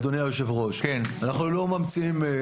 אנחנו לא ממציאים.